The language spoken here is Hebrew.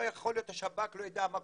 לא יודע מה לעשות,